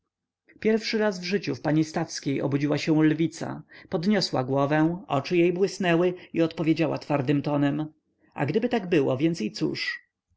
pierwszy raz w życiu w pani stawskiej obudziła się lwica podniosła głowę oczy jej błysnęły i odpowiedziała twardym tonem a gdyby tak było więc i cóż